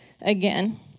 again